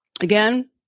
Again